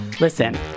Listen